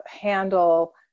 handle